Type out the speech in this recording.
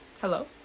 Hello